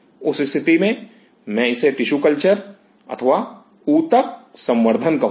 उस स्थिति में मैं इसे टिशू कल्चर अथवा ऊतक संवर्धन कहूँगा